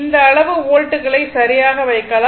இந்த அளவு வோல்ட்டுகளை சரியாக வைக்கலாம்